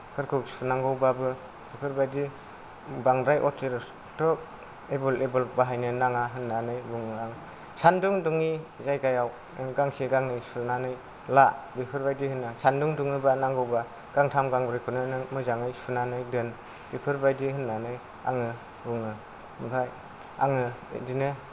फोरखौ सुनांगौबाबो बेफोरबादि बांद्राय अथिरस्त' एभलएबोल बाहायनो नाङा होन्नानै बुङो आं सान्दुं दुङि जायगायाव आं गांसे गांनै सुनानै ला बेफोरबायदि होनो आं सान्दुं दुङोबा नांगौबा गांथाम गांब्रैफोरनो नों मोजांयै सुनानै दोन बेफोरबायदि होन्नानै आङो बुङो ओमफाय आङो बिदिनो